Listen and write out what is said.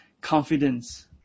confidence